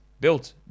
built